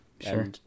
sure